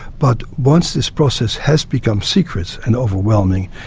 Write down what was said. but once this process has become secret and overwhelming,